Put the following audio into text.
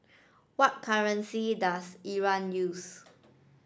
what currency does Iran use